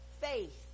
faith